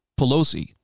Pelosi